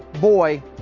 boy